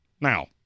now